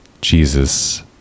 Jesus